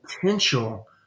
potential